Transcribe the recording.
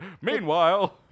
meanwhile